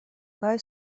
kaj